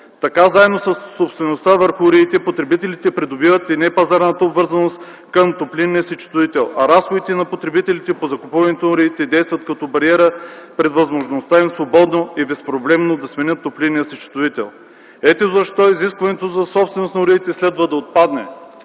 Така заедно със собствеността върху уредите потребителите придобиват и непазарната обвързаност към топлинния си счетоводител, а разходите на потребителите по закупуването на уредите действат като бариера пред възможността им свободно и безпроблемно да сменят топлинния си счетоводител. Ето защо изискването за собственост на уредите следва да отпадне.”